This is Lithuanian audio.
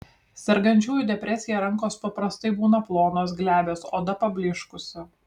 sergančiųjų depresija rankos paprastai būna plonos glebios oda pablyškusi